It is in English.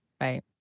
Right